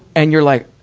and you're like,